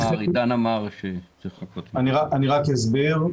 אני אסביר.